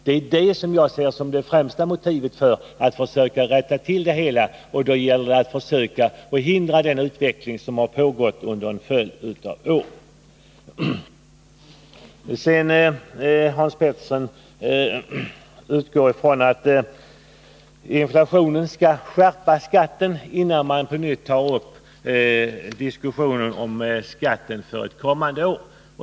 Det är detta som jag ser som det främsta motivet för att försöka rätta till det hela och hejda den utveckling som har pågått under en följd av år. Hans Petersson i Hallstahammar utgår från att inflationen skall skärpa skatten innan vi på nytt tar upp diskussionen om skatten för ett kommande år.